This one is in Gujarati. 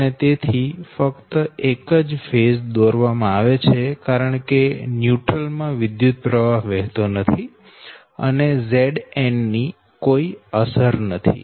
તેથી અહી ફક્ત એક જ ફેઝ દોરવામાં આવે છે કારણ કે ન્યુટ્રલ માં વિદ્યુતપ્રવાહ વહેતો નથી અને Zn ની કોઈ અસર નથી